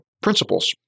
principles